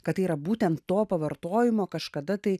kad tai yra būtent to pavartojimo kažkada tai